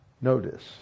notice